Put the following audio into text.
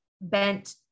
bent